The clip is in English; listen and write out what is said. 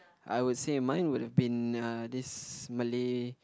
I would say mine would have been uh this Malay